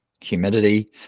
humidity